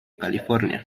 california